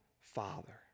Father